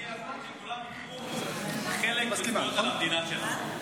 הגיע הזמן שכולם ייקחו חלק בזכויות על המדינה שלנו.